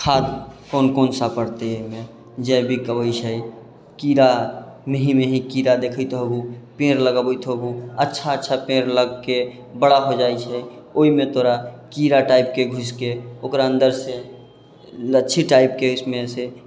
खाद कोन कोन सा पड़तै ओहिमे जैविक अबै छै कीड़ा मेही मेही कीड़ा देखैत होबऽ पेड़ लगबैत होबऽ अच्छा अच्छा पेड़ लगिके बड़ा हो जाइ छै ओहिमे तोरा कीड़ा टाइपके घुसिकऽ ओकरा अन्दरसँ लच्छी टाइपके ओहिमेसँ